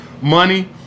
money